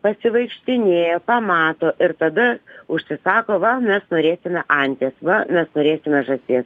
pasivaikštinėja pamato ir tada užsisako va mes norėsime anties va mes norėsime žąsies